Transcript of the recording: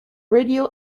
radio